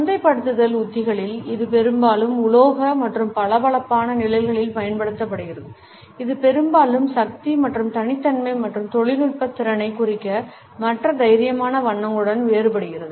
சந்தைப்படுத்தல் உத்திகளில் இது பெரும்பாலும் உலோக மற்றும் பளபளப்பான நிழல்களில் பயன்படுத்தப்படுகிறது இது பெரும்பாலும் சக்தி மற்றும் தனித்தன்மை மற்றும் தொழில்நுட்பத் திறனைக் குறிக்க மற்ற தைரியமான வண்ணங்களுடன் வேறுபடுகிறது